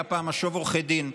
היה פעם משוב עורכי דין,